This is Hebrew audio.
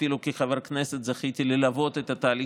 אפילו כחבר כנסת זכיתי ללוות את התהליך